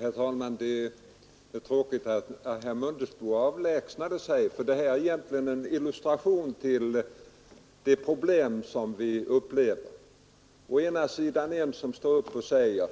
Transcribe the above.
Herr talman! Det är tråkigt att herr Mundebo har avlägsnat sig från kammaren; den här debatten är egentligen en illustration till de problem som vi möter. Först står herr Mundebo upp och säger: